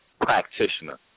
practitioner